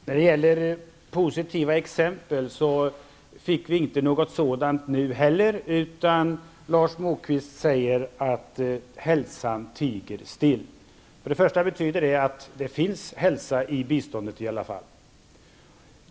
Herr talman! Några positiva exempel fick vi inte nu heller, utan Lars Moquist sade att hälsan tiger still. Det betyder att det finns hälsa i biståndet i alla fall.